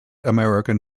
american